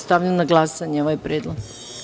Stavljam na glasanje ovaj predlog.